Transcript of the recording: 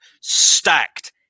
stacked